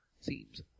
seems